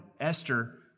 Esther